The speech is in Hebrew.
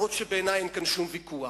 גם אם בעיני אין כאן שום ויכוח.